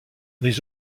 les